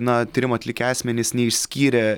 na tyrimą atlikę asmenys neišskyrė